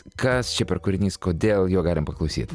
kas čia per kūrinys kodėl jo galima paklausyt